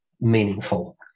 meaningful